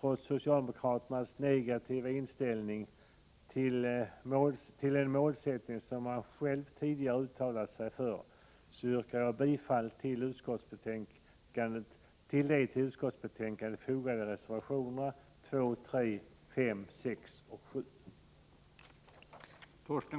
Trots socialdemokraternas negativa inställning till den målsättning de själva tidigare har uttalat sig för, yrkar jag bifall till de till utskottsbetänkandet fogade reservationerna nr 2, 3, 5 och 6.